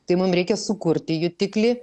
tai mum reikia sukurti jutiklį